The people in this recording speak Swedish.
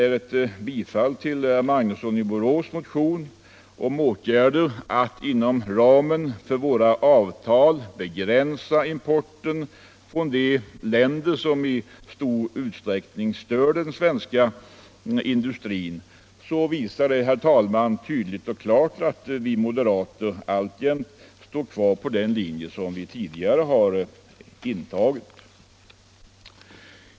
yrkas bifall till herr Magnussons i Borås motion om åtgärder för att inom ramen för våra avtal begränsa importen från de länder som i stor utsträckning stör den svenska industrin. Reservationen visar, herr talman, tydligt och klart att vi moderater alltjämt står kvar på den ståndpunkt vi tidigare har intagit.